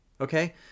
Okay